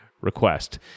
request